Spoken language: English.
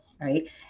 right